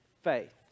faith